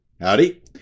Howdy